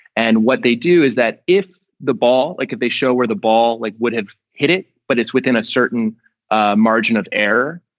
and what they do is that if the ball like if they show where the ball like would have hit it, but it's within a certain ah margin of error,